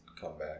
comeback